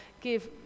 give